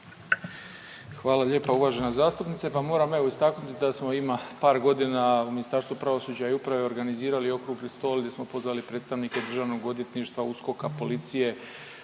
Hvala lijepa uvažena zastupnice, pa moram evo istaknuti da smo ima par godina Ministarstvo pravosuđa i uprave organizirali okrugli stog gdje smo pozvali predstavnike Državnog odvjetništva, USKOK-a, policije,